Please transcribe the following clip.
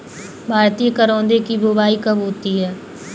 भारतीय करौदे की बुवाई कब होती है?